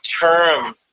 term